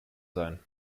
sein